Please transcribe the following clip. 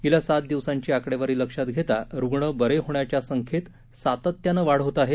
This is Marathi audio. गेल्या सात दिवसांची आकडेवारी लक्षात घेता रुग्ण बरे होण्याच्या संख्येत सातत्यानं वाढ होत आहे